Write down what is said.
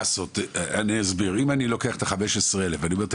אם אני לוקח את ה-15,000 ואני אומר תקשיבו,